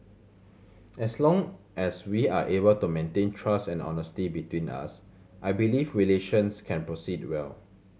as long as we are able to maintain trust and honesty between us I believe relations can proceed well